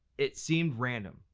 it seemed random.